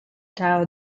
tau